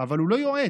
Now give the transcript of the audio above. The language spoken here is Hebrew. אבל הוא לא יועץ,